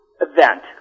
Event